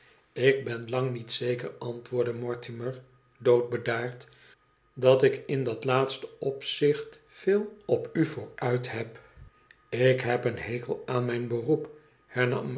ik ben lang niet zeker antwoordde mortimer doodbedaard dat ik in dat laatste opzicht veel op u vooruit heb ik heb een hekel aan mijn beroep